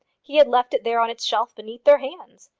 he had left it there on its shelf beneath their hands.